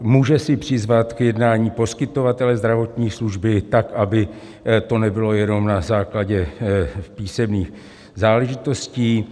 Může si přizvat k jednání poskytovatele zdravotní služby, tak aby to nebylo jenom na základně písemných záležitostí.